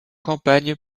campagne